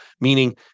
meaning